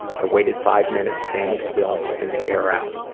i waited five minutes standing still and hoping to air out.